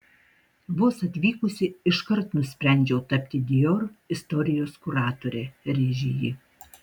vos atvykusi iškart nusprendžiau tapti dior istorijos kuratore rėžė ji